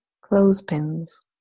clothespins